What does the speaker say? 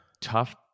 tough